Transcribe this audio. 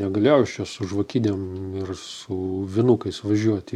negalėjau aš čia su žvakidėm ir su vinukais važiuoti